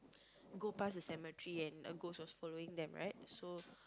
go past a cemetery and a ghost was following them right so